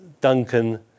Duncan